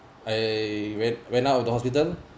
I went went out of the hospital